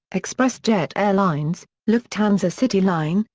expressjet airlines, lufthansa cityline,